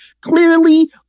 clearly